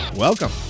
Welcome